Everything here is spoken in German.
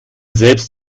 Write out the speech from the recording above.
selbst